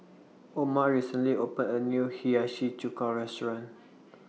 Oma recently opened A New Hiyashi Chuka Restaurant